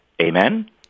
Amen